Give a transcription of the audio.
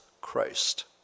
Christ